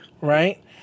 Right